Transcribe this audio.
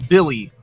Billy